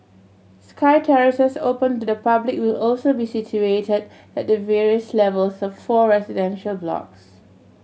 sky terraces open to the public will also be situated at the various levels of four residential blocks